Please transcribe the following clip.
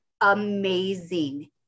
Amazing